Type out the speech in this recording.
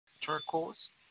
turquoise